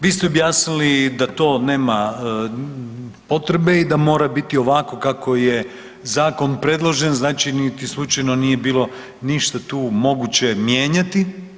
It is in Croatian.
Vi ste objasnili da to nema potrebe i da mora biti ovako kako je zakon predložen, znači niti slučajno nije bilo ništa tu moguće mijenjati.